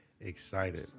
excited